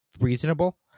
reasonable